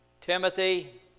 Timothy